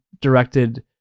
directed